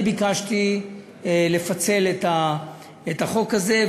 אני ביקשתי לפצל את החוק הזה,